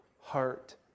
heart